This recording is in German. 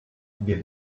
wir